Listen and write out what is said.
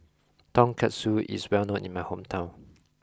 Tonkatsu is well known in my hometown